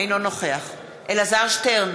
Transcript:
אינו נוכח אלעזר שטרן,